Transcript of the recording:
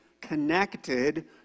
connected